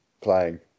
playing